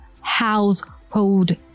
household